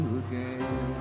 again